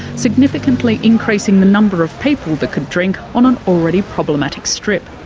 significantly increasing the number of people that could drink on an already problematic strip.